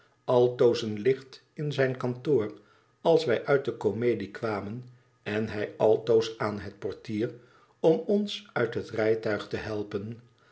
altoos een licht in zijn kantoor als wij uit de komedie kwamen en hij altoos aan het portier om ons uit het rijtuig te helpen